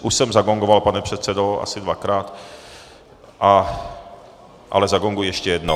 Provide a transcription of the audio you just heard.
Už jsem zagongoval, pane předsedo, asi dvakrát, ale zagonguji ještě jednou.